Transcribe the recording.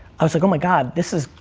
i was like, oh my god, this is,